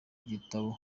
gitabo